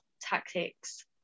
tactics